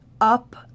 up